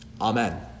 Amen